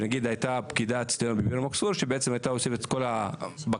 שנניח הייתה פקידה אצלנו בביר אל-מכסור שהייתה אוספת את כל הבקשות,